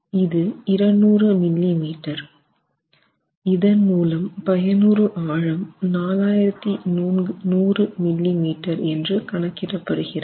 இது 200 millimetre இதன் மூலம் பயனுறு ஆழம் 4100 மில்லி மில்லிமீட்டர் என்று கணக்கிடப்படுகிறது